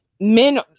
men